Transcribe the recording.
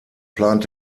plant